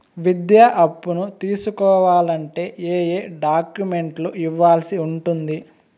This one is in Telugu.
విద్యా అప్పును తీసుకోవాలంటే ఏ ఏ డాక్యుమెంట్లు ఇవ్వాల్సి ఉంటుంది